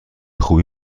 خوبی